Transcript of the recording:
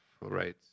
right